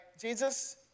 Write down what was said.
Jesus